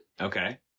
Okay